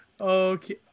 Okay